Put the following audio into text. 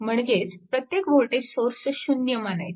म्हणजेच प्रत्येक voltage source 0V मानायचा